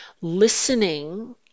listening